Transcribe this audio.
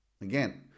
Again